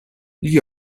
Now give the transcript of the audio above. gli